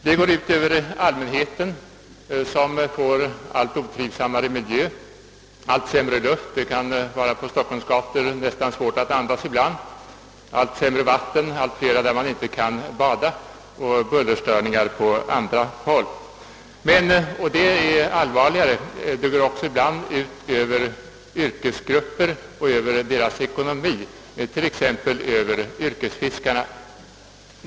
Det går ut över allmänheten, som får en allt otrivsammare miljö, allt sämre luft — det kan på Stockholms gator ibland vara nästan svårt att andas — och allt sämre vatten, vartill kommer bullerstörningar. Ibland — och det är allvarligare — går det också ut över yrkesgrupper och deras ekonomi, t.ex. över yrkesfiskarna.